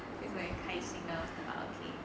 因为开心呢 but okay